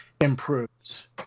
improves